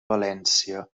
valència